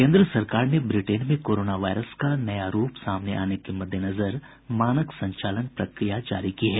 केन्द्र सरकार ने ब्रिटेन में कोरोना वायरस का नया रूप सामने आने के मद्देनजर मानक संचालन प्रक्रिया जारी की है